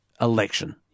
election